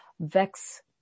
vex